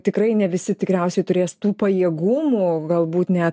tikrai ne visi tikriausiai turės tų pajėgumų galbūt net